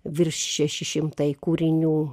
virš šeši šimtai kūrinių